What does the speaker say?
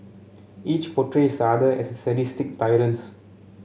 each portrays the other as sadistic tyrants